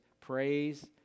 praise